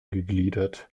gegliedert